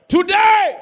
Today